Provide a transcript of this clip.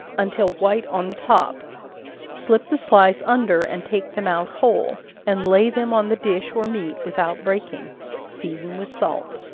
until white on the top slip the slice under and take them out whole, and lay them on the dish or meat without breaking season with salt.